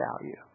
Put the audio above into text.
value